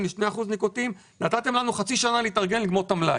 ל-2% ניקוטין ונתתם לנו חצי שנה להתארגן כדי לגמור את המלאי,